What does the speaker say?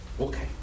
Okay